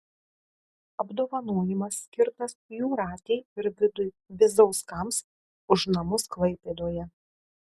apdovanojimas skirtas jūratei ir vidui bizauskams už namus klaipėdoje